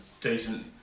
decent